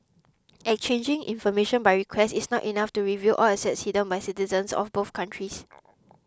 exchanging information by request is not enough to reveal all assets hidden by citizens of both countries